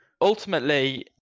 Ultimately